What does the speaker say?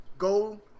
go